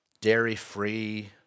dairy-free